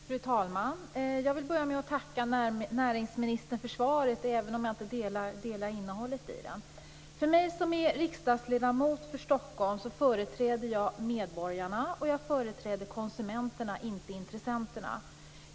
Fru talman! Jag vill börja med att tacka näringsministern för svaret, även om jag inte delar synpunkterna i det. Som riksdagsledamot för Stockholm företräder jag medborgarna och konsumenterna, inte intressenterna.